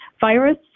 virus